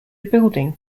building